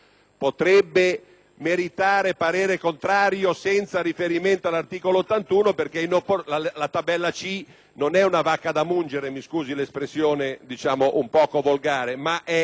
meritare parere contrario senza riferimento all'articolo 81 perché la tabella C non è una vacca da mungere (mi perdoni l'espressione un po' volgare), ma è una tabella che è